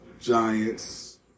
Giants